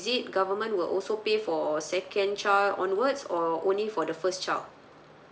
it government will also pay for second child onwards or only for the first child